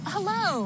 Hello